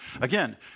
again